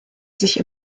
sich